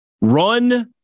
Run